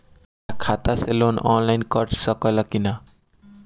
हमरा खाता से लोन ऑनलाइन कट सकले कि न?